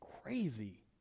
crazy